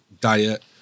diet